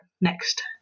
next